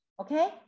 Okay